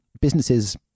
businesses